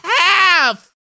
half